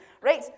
Right